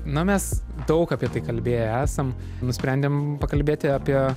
na mes daug apie tai kalbėję esam nusprendėm pakalbėti apie